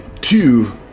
two